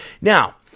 now